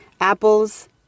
Apples